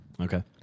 Okay